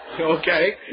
Okay